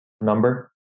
number